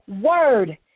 word